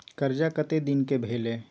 कर्जा कत्ते दिन के भेलै?